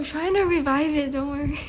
we trying to revive it don't worry